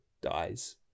dies